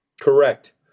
Correct